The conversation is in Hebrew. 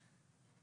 כך לדבריו.